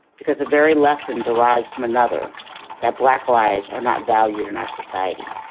because the very lesson derives from another that black lives are not valued in our society.